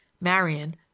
Marion